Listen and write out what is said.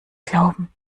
glauben